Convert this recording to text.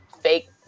fake